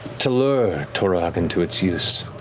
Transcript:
to lure torog into its use.